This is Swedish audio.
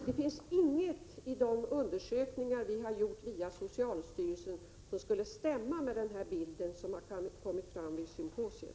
Det finns inget i de undersökningar som vi har gjort via socialstyrelsen som stämmer med den bild som har framkommit vid symposiet.